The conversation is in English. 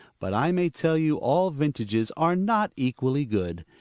but i may tell you all vintages are not equally good.